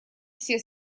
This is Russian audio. все